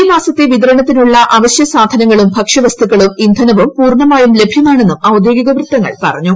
ഈ മാസത്തൈ വിതരണത്തിനുള്ള അവശ്യ സാധനങ്ങളും ഭക്ഷ്യവസ്തുക്കളും ഇന്ധനവും പൂർണ്ണമായും ലഭ്യമാണെന്നും ഔദ്യോഗിക വൃത്തങ്ങൾ പറഞ്ഞു